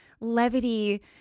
levity